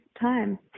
time